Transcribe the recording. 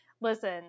Listen